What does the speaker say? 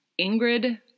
Ingrid